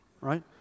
right